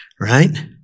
right